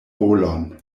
rolon